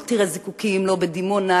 לא תראה זיקוקים לא בדימונה,